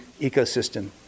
ecosystem